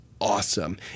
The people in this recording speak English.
awesome